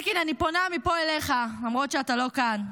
אלקין, אני פונה מפה אליך, למרות שאתה לא כאן.